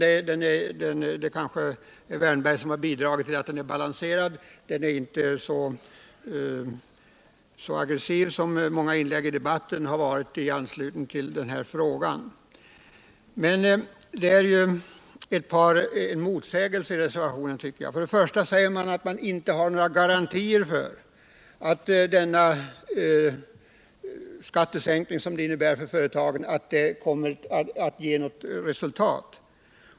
Det kanske är herr Wärnberg som har bidragit till att den är balanserad och inte så aggressiv som många inlägg i debatten i anslutning till denna fråga har varit. Men jag tycker att reservationen innehåller ett par motsägelser. Å ena sidan sägs att man inte har några garantier för att den skattesänkning som förslaget innebär kommer att ge något resultat.